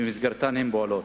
שבמסגרתן הם פועלים.